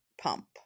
Pump